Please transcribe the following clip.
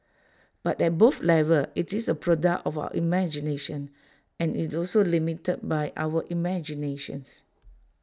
but at both levels IT is A product of our imagination and IT is also limited by our imaginations